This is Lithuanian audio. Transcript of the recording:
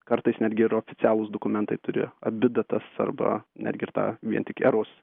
kartais netgi ir oficialūs dokumentai turi abi datas arba netgi ir tą vien tik eros